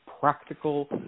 practical